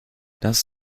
das